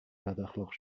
بداخلاق